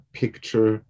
picture